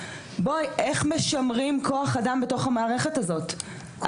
איך משמרים כוח אדם בתוך המערכת הזאת?